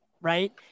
right